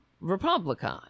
Republican